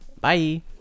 Bye